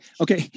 okay